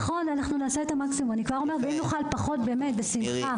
נעשה את המקסימום, ואם נוכל פחות בשמחה.